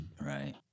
Right